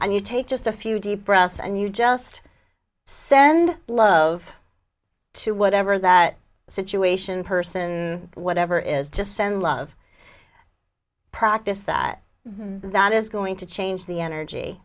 and you take just a few deep breaths and you just send love to whatever that situation person whatever is just send love practice that that is going to change the energy